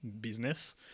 business